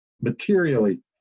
materially